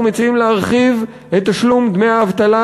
אנחנו מציעים להרחיב את תשלום דמי האבטלה